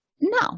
No